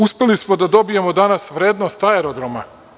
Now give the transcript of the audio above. Uspeli smo da dobijemo danas vrednost aerodroma…